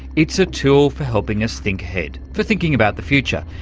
it's a tool for helping us think ahead, for thinking about the future.